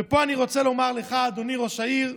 ופה אני רוצה לומר לך, אדוני ראש העיר,